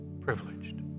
privileged